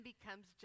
becomes